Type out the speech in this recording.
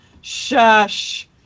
Shush